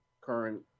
current